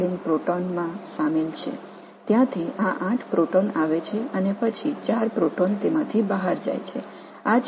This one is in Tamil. இந்த 8 புரோட்டான் வரும் இடத்திலிருந்து இந்த 4 ரெடாக்ஸ் இணைக்கப்பட்ட புரோட்டானில் இது ஈடுபட்டுள்ளது